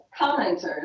commenters